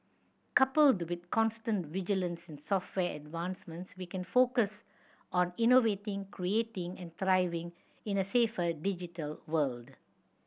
coupled with constant vigilance and software advancements we can focus on innovating creating and thriving in a safer digital world